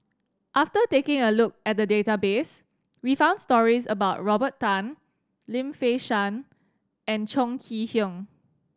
after taking a look at the database we found stories about Robert Tan Lim Fei Shen and Chong Kee Hiong